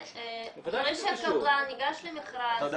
אחרי שהקבלן ניגש למכרז --- אתה יודע